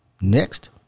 Next